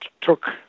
took